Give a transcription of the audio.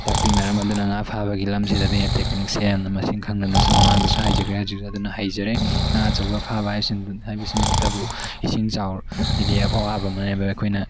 ꯇꯥꯛꯄꯤ ꯃꯔꯝ ꯑꯗꯨꯅ ꯉꯥ ꯐꯥꯕꯒꯤ ꯂꯝꯁꯤꯗꯗꯤ ꯇꯦꯛꯅꯤꯛꯁꯦ ꯌꯥꯝꯅ ꯃꯁꯤꯡ ꯈꯪꯗꯅꯁꯨ ꯃꯃꯥꯡꯗꯁꯨ ꯍꯥꯏꯖꯈ꯭ꯔꯦ ꯍꯧꯖꯤꯛꯁꯨ ꯑꯗꯨꯅ ꯍꯩꯖꯔꯦ ꯉꯥ ꯑꯆꯧꯕ ꯐꯥꯕ ꯍꯥꯏꯕꯁꯤꯃꯛꯇꯕꯨ ꯏꯁꯤꯡ ꯆꯥꯎ ꯍꯥꯏꯗꯤ ꯑꯋꯥꯕ ꯑꯃꯅꯦꯕ ꯑꯩꯈꯣꯏꯅ ꯉꯥ ꯑꯈꯧꯕ